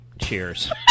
Cheers